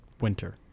Winter